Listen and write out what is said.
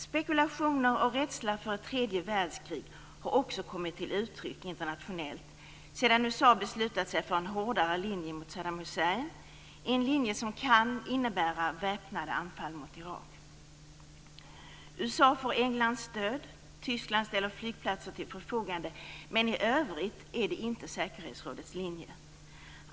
Spekulationer och rädsla för ett tredje världskrig har också kommit till uttryck internationellt sedan USA beslutat sig för en hårdare linje mot Saddam Hussein, en linje som kan innebära väpnade anfall mot Irak. USA får Englands stöd. Tyskland ställer flygplatser till förfogande. Men i övrigt är det inte säkerhetsrådets linje.